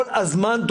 כל הזמן,